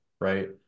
right